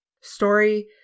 story